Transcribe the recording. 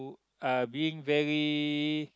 are being very